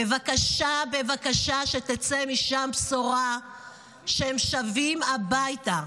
בבקשה, בבקשה, שתצא משם בשורה שהם שבים הביתה.